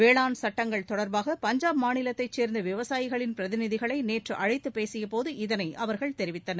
வேளாண் சட்டங்கள் தொடர்பாக பஞ்சாப் மாநிலத்தைச் சேர்ந்த விவசாயிகளின் பிரதிநிதிகளை நேற்று அழைத்து பேசியபோது இதனை அவர்கள் தெரிவித்தனர்